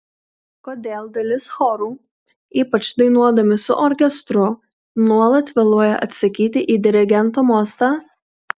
kodėl dalis chorų ypač dainuodami su orkestru nuolat vėluoja atsakyti į dirigento mostą